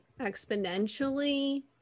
exponentially